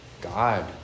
God